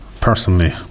personally